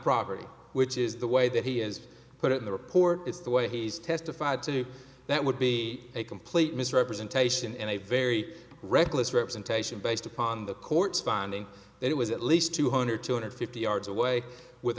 property which is the way that he is put in the report it's the way he's testified to that would be a complete misrepresentation and a very reckless representation based upon the court's finding that it was at least two hundred two hundred fifty yards away w